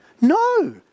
No